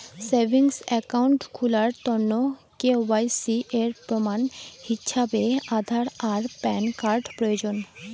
savings account খুলার তন্ন KYC এর প্রমাণ হিছাবে আধার আর প্যান কার্ড প্রয়োজন